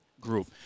group